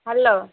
hello